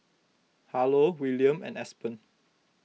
Harlow Wiliam and Aspen